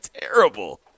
terrible